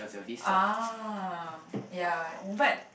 ah ya but